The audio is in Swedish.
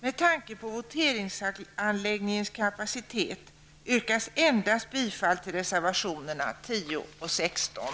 Med tanke på voteringsanläggningens kapacitet yrkas endast bifall till reservationerna 10 och 16.